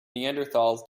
neanderthals